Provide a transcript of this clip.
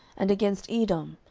and against edom,